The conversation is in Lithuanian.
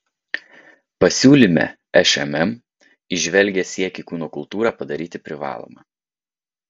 pasiūlyme šmm įžvelgia siekį kūno kultūrą padaryti privaloma